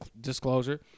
disclosure